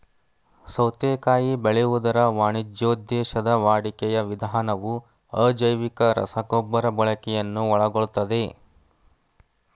ಸೌತೆಕಾಯಿ ಬೆಳೆಯುವುದರ ವಾಣಿಜ್ಯೋದ್ದೇಶದ ವಾಡಿಕೆಯ ವಿಧಾನವು ಅಜೈವಿಕ ರಸಗೊಬ್ಬರ ಬಳಕೆಯನ್ನು ಒಳಗೊಳ್ತದೆ